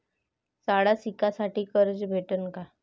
शाळा शिकासाठी कर्ज भेटन का?